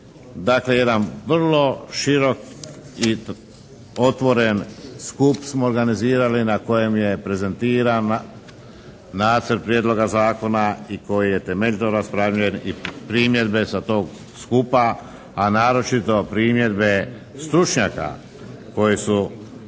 Dakle jedan vrlo širok i otvoren skup smo organizirali na kojem je prezentiran Nacrt prijedloga zakona i koji je temeljito raspravljen i primjedbe sa tog skupa, a naročito primjedbe stručnjaka koji su